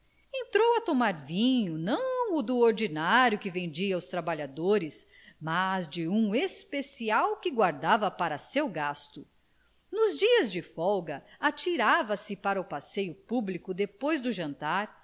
entrou a tomar vinho não do ordinário que vendia aos trabalhadores mas de um especial que guardava para seu gasto nos dias de folga atirava-se para o passeio público depois do jantar